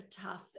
tough